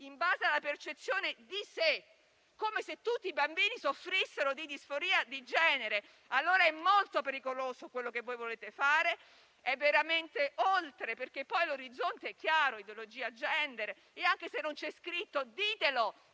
in base alla percezione di sé, come se tutti i bambini soffrissero di disforia di genere. Allora è molto pericoloso quello che volete fare, è veramente oltre, perché poi l'orizzonte è chiaro: ideologia *gender* e ditelo, anche se non c'è scritto, che